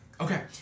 Okay